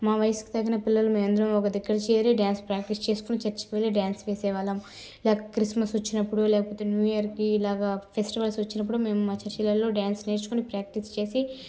మా వయసుకి తగిన పిల్లలు మేం అందరం ఒక దగ్గరకి చేరి డ్యాన్స్ ప్రాక్టీస్ చేసుకుని చర్చుకి వెళ్లి డ్యాన్స్ చేసేవాళ్లం లేకపోతే క్రిస్మస్ వచ్చినప్పుడు లేకపోతే న్యూయియర్కి ఇలాగా ఫెస్టివల్స్ వచ్చినప్పుడు మేము మా చర్చిలల్లో డ్యాన్స్ నేర్చుకుని ప్రాక్టీస్ చేసి